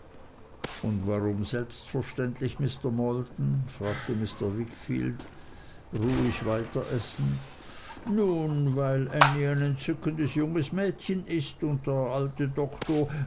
und warum selbstverständlich mr maldon fragte mr wickfield ruhig weiter essend nun weil ännie ein entzückendes junges mädchen ist und der alte doktor